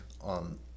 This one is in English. on